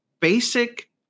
basic